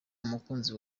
umukunzi